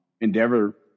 endeavor